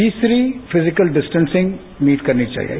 तीसरी physical distancing meet करनी चाहिये